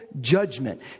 judgment